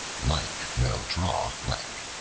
like will draw like.